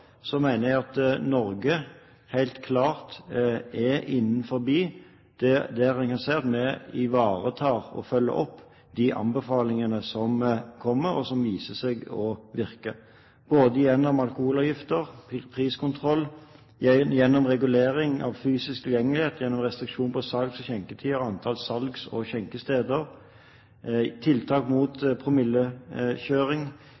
jeg at Norge helt klart er innenfor de anbefalte strategiene – vi ivaretar og følger opp de anbefalingene som kommer og som viser seg å virke, både gjennom alkoholavgifter, priskontroll, regulering av fysisk tilgjengelighet, restriksjoner på salgs- og skjenketider og antall salgs- og skjenkesteder, tiltak